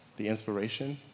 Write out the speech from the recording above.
the inspiration.